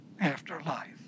afterlife